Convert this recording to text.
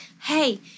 Hey